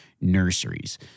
nurseries